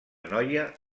noia